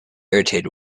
irritated